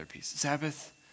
Sabbath